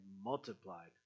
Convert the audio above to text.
multiplied